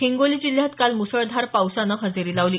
हिंगोली जिल्ह्यात काल मुसळधार पावसानं हजेरी लावली